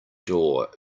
door